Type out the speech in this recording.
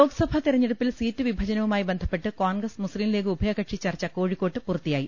ലോക്സഭാ തെരഞ്ഞെടുപ്പിൽ സീറ്റ് വിഭജനവുമായി ബന്ധ പ്പെട്ട് കോൺഗ്രസ് മുസ്തീം ലീഗ് ഉഭയകക്ഷി ചർച്ച കോഴിക്കോ ട്ട് പൂർത്തിയായി